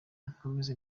nkomeze